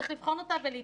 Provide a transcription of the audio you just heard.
צריך לבחון אותה ולהתייחס.